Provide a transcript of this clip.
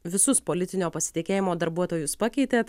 visus politinio pasitikėjimo darbuotojus pakeitėt